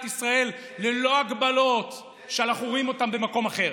ישראל ללא הגבלות שאנחנו רואים במקום אחר.